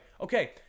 okay